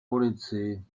ulici